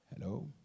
Hello